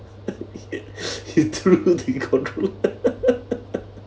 he threw the controller